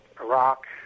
Iraq